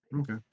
Okay